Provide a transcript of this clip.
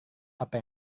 apa